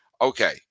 Okay